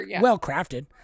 well-crafted